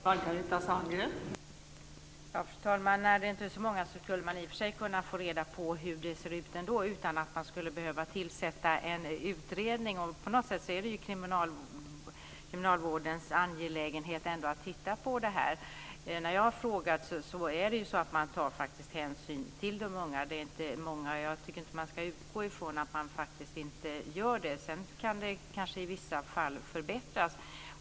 Fru talman! När det inte är så många skulle man i och för sig kunna få reda på hur det ser ut utan att man skulle behöva tillsätta en utredning. På något sätt är det ändå kriminalvårdens angelägenhet att titta på den här frågan. När jag har frågat är det så att man faktiskt tar hänsyn till de unga. Jag tycker inte att vi ska utgå från att man inte gör det. Sedan kan det kanske i vissa fall förbättras.